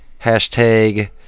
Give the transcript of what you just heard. Hashtag